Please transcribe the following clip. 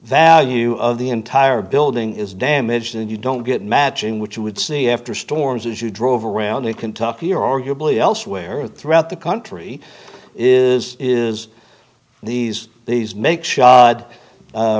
value of the entire building is damaged and you don't get matching which you would see after storms as you drove around in kentucky or arguably elsewhere throughout the country is is these these make sho